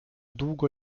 długo